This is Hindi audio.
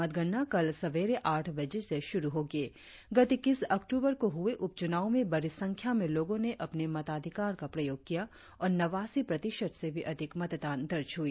मतगणना कल सवेरे आठ बजे से शुरु होगी गत इक्कीस अक्टूबर को हुए उपचुनाव में बड़ी संख्या में लोगों ने अपने मताधिकार का प्रयोग किया और नवासी प्रतिशत से भी अधिक मतदान दर्ज हुई